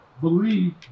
Believe